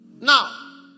Now